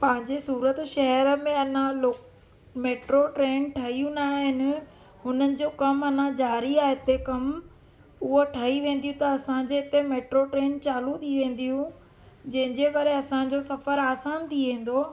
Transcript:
पंहिंजे सूरत शहर में अञा मेट्रो ट्रेन ठहियूं न आहिनि उन्हनि जो कमु अञा जारी आ हिते कमु उहा ठही वेंदी त असांजे हिते मेट्रो ट्रेन चालू थी वेंदियूं जंहिंजे करे असांजो सफ़रु आसानु थी वेंदो